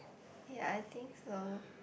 ya I think so